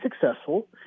successful